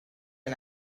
are